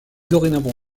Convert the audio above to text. dorénavant